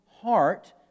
heart